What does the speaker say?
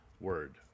word